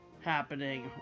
happening